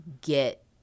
get